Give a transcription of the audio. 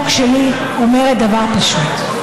דבר פשוט: